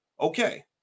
Okay